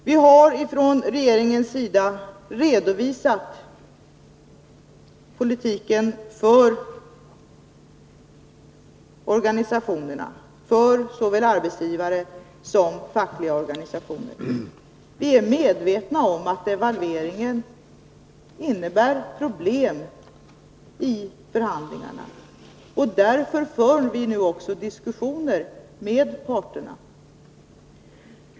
Vi har från regeringens sida redovisat politiken för organisationerna — för såväl arbetsgivare som fackliga organisationer. Vi är medvetna om att devalveringen kommer att innebära problem i förhandlingarna. Därför för vi nu diskussioner med parterna.